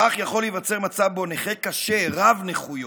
כך יכול להיווצר מצב שבו נכה קשה, רב-נכויות,